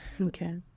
Okay